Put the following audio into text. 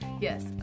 Yes